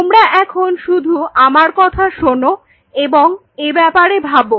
তোমরা এখন শুধু আমার কথা শোনো এবং এ ব্যাপারে ভাবো